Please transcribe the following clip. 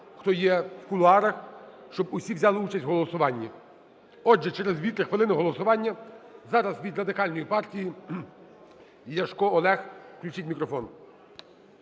хто є в кулуарах, щоб усі взяли участь в голосуванні. Отже, через 2-3 хвилини голосування. Зараз від Радикальної партії Ляшко Олег. Включіть мікрофон.